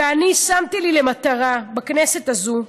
ואני שמתי לי למטרה בכנסת הזאת,